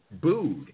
booed